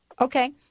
Okay